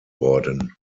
worden